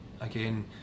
again